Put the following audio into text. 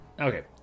Okay